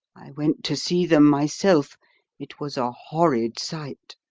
i went to see them myself it was a horrid sight.